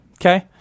okay